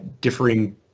differing